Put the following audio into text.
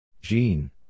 Jean